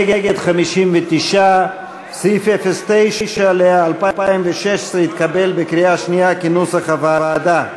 נגד 59. סעיף 09 ל-2016 התקבל בקריאה שנייה כנוסח הוועדה.